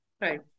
Right